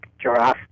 Giraffe